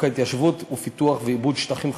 ההתיישבות ולפיתוח ועיבוד שטחים חדשים,